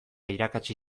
irakatsi